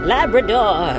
Labrador